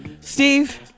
Steve